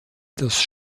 das